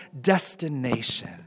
destination